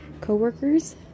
co-workers